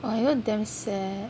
!wah! you know damn sad